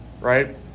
right